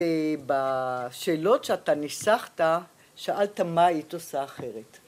‫בשאלות שאתה ניסחת, ‫שאלת מה היית עושה אחרת.